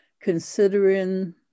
considering